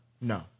No